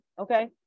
Okay